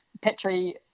Petri